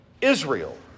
Israel